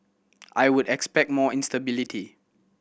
I would expect more instability